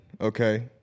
okay